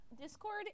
Discord